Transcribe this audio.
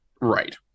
Right